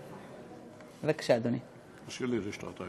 כן, אדוני, בבקשה.